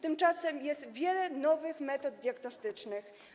Tymczasem jest wiele nowych metod diagnostycznych.